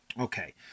Okay